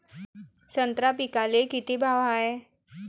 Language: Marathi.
संत्रा पिकाले किती भाव हाये?